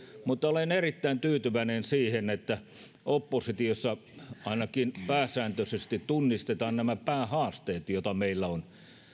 mutta olen erittäin tyytyväinen siihen että oppositiossa ainakin pääsääntöisesti tunnistetaan nämä päähaasteet joita meillä on